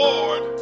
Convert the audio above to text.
Lord